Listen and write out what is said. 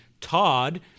Todd